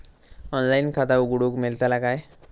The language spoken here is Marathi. ऑनलाइन खाता उघडूक मेलतला काय?